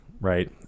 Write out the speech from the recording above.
right